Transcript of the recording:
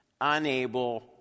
unable